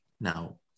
Now